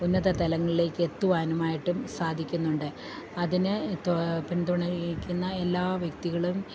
ഉന്നത തലങ്ങളിലേക്കെത്തുവാനുമായിട്ടും സാധിക്കുന്നുണ്ട് അതിനെ പിന്തുണയ്ക്കുന്ന എല്ലാ വ്യക്തികളും